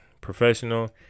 professional